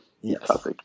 Yes